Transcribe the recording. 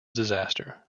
disaster